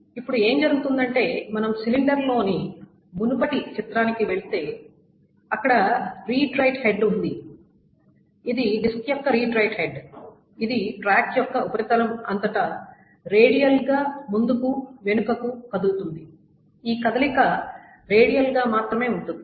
ఇప్పుడు ఏమి జరుగుతుందంటే మనం సిలిండర్లోని మునుపటి చిత్రానికి తిరిగి వెళితే అక్కడ రీడ్ రైట్ హెడ్ ఉంది ఇది డిస్క్ యొక్క రీడ్ రైట్ హెడ్ ఇది ట్రాక్ యొక్క ఉపరితలం అంతటా రేడియల్గా ముందుకు వెనుకకు కదులుతుంది ఈ కదలిక రేడియల్గా మాత్రమే ఉంటుంది